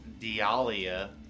Dialia